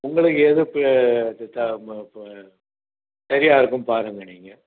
உங்களுக்கு எது த ம ப சரியாகருக்கும் பாருங்கள் நீங்கள்